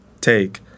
take